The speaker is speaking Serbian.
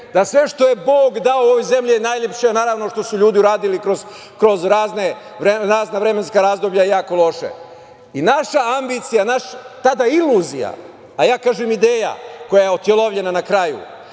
da sve što je Bog dao ovoj zemlji je najlepše, naravno, što su ljudi uradili kroz razna vremenska razdoblja je jako loše. Naša ambicija, naša tada iluzija, a ja kažem ideja, koja je otelovljena na kraju,